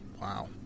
wow